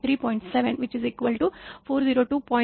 8 Amp तर ते प्रत्यक्षात 402